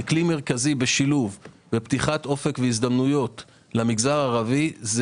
ככלי מרכזי בשילוב ופתיחת אופק והזדמנויות למגזר הערבית זה